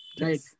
right